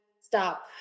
stop